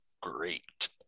great